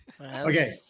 Okay